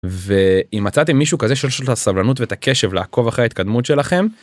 ואם מצאתם מישהו כזה שיש לו הסבלנות ואת הקשב לעקוב אחרי ההתקדמות שלכם.